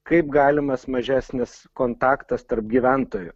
kaip galimas mažesnis kontaktas tarp gyventojų